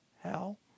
hell